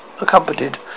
accompanied